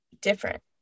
different